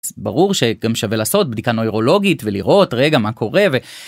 ברור שגם שווה לעשות בדיקה נוירולוגית ולראות רגע, מה קורה?